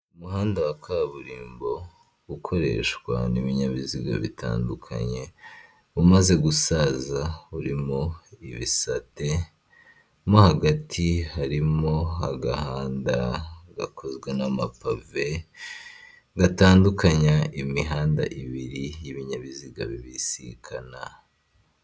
Umuhanda wa kaburimbo ukoreshwa n'ibinyabiziga bitandukanye, umaze gusaza uririmo ibisate. Mo hagati harimo agahanda gakozwe n'amapave gatandukanya imihanda ibiri y'ibinyabiziga bibisikana.